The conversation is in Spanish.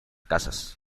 casas